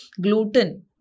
gluten